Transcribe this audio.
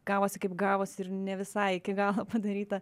gavosi kaip gavosi ir ne visai iki galo padaryta